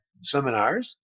seminars